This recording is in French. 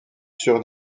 sur